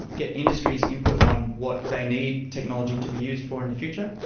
get industries' input on what they need technology to be used for in the future,